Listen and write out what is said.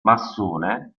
massone